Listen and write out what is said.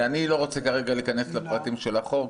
אני לא רוצה כרגע להיכנס לפרטים של החוק.